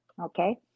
Okay